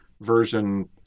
version